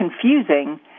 confusing